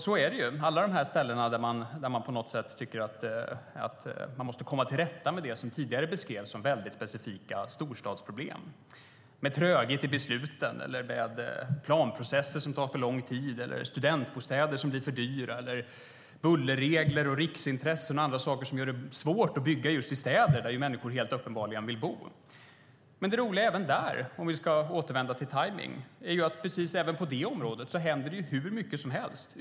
Så är det på alla dessa ställen där man tycker att man måste komma till rätta med det som tidigare beskrevs som specifika storstadsproblem, med tröghet i besluten, planprocesser som tar för lång tid, studentbostäder som blir för dyra, bullerregler eller riksintressen och andra saker som gör det svårt att bygga i städer, där människor uppenbarligen vill bo. Men det roliga även där, om jag ska återvända till tajmning, är att det händer hur mycket som helst på det området.